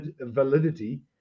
validity